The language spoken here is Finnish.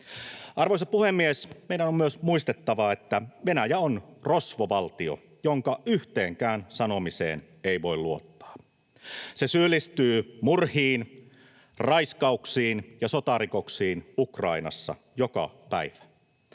Arvoisa puhemies! Meidän on myös muistettava, että Venäjä on rosvovaltio, jonka yhteenkään sanomiseen ei voi luottaa. Se syyllistyy murhiin, raiskauksiin ja sotarikoksiin Ukrainassa joka päivä.